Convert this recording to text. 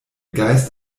geist